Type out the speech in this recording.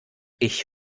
ich